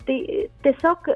tai tiesiog